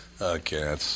Okay